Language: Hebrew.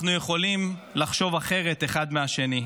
אנחנו יכולים לחשוב אחרת זה מזה,